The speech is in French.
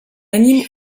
anime